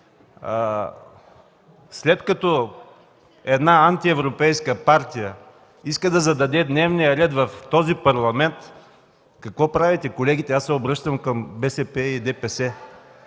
След като една антиевропейска партия иска да зададе дневния ред в този Парламент, какво правите, колеги? Аз се обръщам към БСП и ДПС.